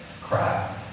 crap